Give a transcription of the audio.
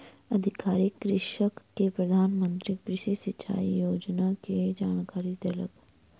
अधिकारी कृषक के प्रधान मंत्री कृषि सिचाई योजना के जानकारी देलक